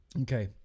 Okay